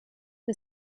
the